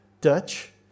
Dutch